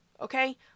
Okay